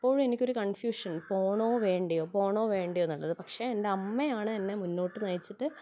അപ്പോഴും എനിക്കൊരു കൺഫ്യൂഷൻ പോകണമോ വേണ്ടയോ പോകണമോ വേണ്ടയോ എന്നുള്ളത് പക്ഷേ എന്നെ അമ്മയാണ് എന്നെ മുന്നോട്ട് നയിച്ചിട്ട്